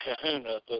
kahuna